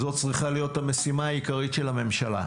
זו צריכה להיות המשימה העיקרית של הממשלה.